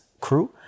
crew